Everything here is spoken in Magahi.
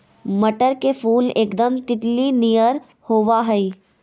मटर के फुल एकदम तितली नियर होबा हइ